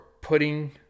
putting